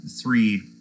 three